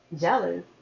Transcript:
jealous